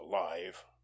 alive